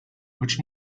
which